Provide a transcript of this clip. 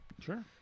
Sure